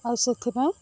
ଆଉ ସେଥିପାଇଁ